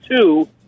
two